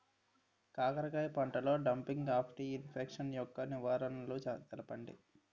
కాకర పంటలో డంపింగ్ఆఫ్ని ఇన్ఫెక్షన్ యెక్క నివారణలు తెలపండి?